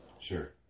Sure